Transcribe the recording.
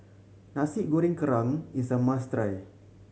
Nasi Goreng Kerang is a must try